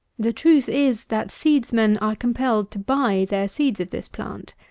the truth is, that seedsmen are compelled to buy their seeds of this plant.